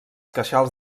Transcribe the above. queixals